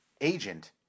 agent